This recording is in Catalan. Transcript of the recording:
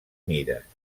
mides